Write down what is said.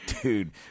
Dude